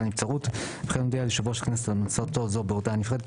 לנבצרות וכן הודיע ליושב ראש הכנסת על המלצתו זו בהודעה נפרדת,